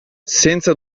senza